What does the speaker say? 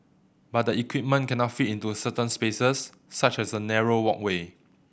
but the equipment cannot fit into certain spaces such as a narrow walkway